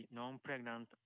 non-pregnant